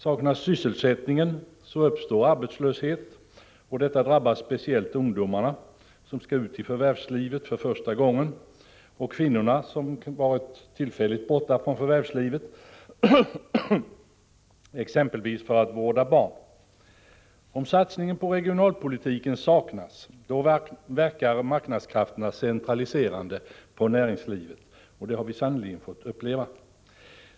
Saknas sysselsättningen, så uppstår arbetslöshet. Detta drabbar speciellt ungdomarna, som skall ut i förvärvslivet för första gången, och kvinnorna, som kanske varit tillfälligt borta från förvärvslivet, exempelvis för att vårda barn. Om satsningen på regionalpolitiken saknas, så verkar marknadskrafterna centraliserande på näringslivet.